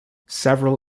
several